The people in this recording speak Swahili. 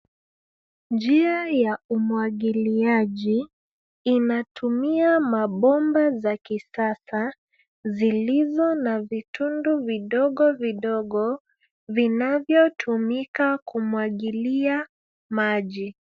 Njia ya umwagiliaji inatumia mabomba za kisasa zilizo na vitundu vidogo vidogo vinavyotumika kumwagilia maji.